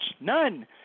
none